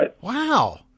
Wow